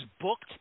booked